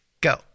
go